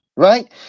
Right